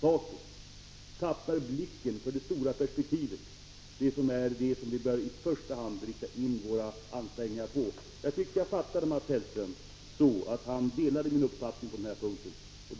saker förlorar det stora perspektivet och inte ser det som vi i första hand bör rikta in våra ansträngningar på. a Jag uppfattade Mats Hellström så, att han delar min åsikt på denna punkt. Sydafrika m.m.